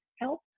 help